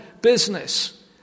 business